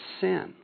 sin